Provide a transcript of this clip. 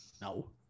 No